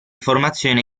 formazione